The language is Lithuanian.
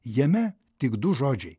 jame tik du žodžiai